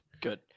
Good